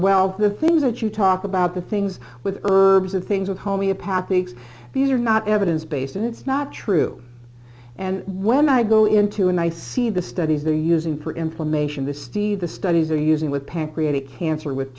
well the things that you talk about the things with herbs and things of homeopathy these are not evidence based and it's not true and when i go into and i see the studies they're using for information the steve the studies are using with pancreatic cancer with